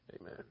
Amen